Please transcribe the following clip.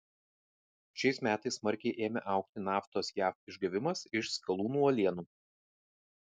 šiais metais smarkiai ėmė augti naftos jav išgavimas iš skalūnų uolienų